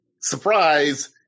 surprise